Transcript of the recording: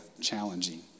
challenging